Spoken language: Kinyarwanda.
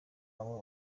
abo